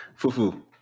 fufu